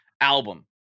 album